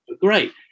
great